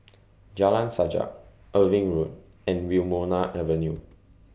Jalan Sajak Irving Road and Wilmonar Avenue